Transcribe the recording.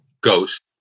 ghost